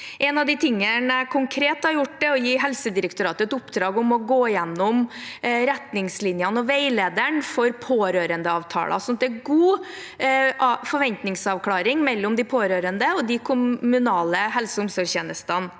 En av de tingene jeg konkret har gjort, er å gi Helsedirektoratet et oppdrag om å gå gjennom retningslinjene og veilederen for pårørendeavtaler, sånn at det er god forventningsavklaring mellom de pårørende og de kommunale helse- og omsorgstjenestene.